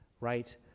right